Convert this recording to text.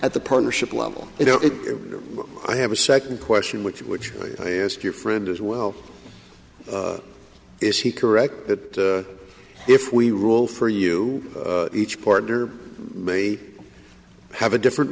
at the partnership level you know if i have a second question which which i ask your friend as well is he correct that if we rule for you each partner may have a different